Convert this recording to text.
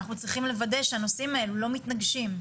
אנחנו צריכים לוודא שהנושאים האלה לא מתנגשים.